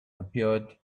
appeared